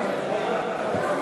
הפועלות בתחומי הטכנולוגיה העילית (היי-טק) (תיקוני חקיקה),